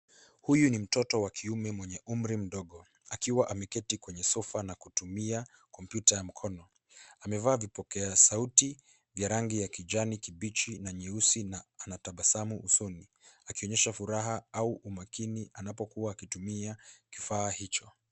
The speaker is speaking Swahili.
Huyu ni mtoto wa kiume mwenye umri mdogo, akiwa ameketi kwenye sofa na kutumia kompyuta ya mkononi. Amevaa vipoza sauti vya rangi ya kijani kibichi na nyeusi, na anatabasamu usoni, akionyesha furaha au umakini anapokuwa akitumia kifaa hicho.